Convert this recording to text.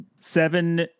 seven